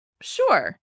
Sure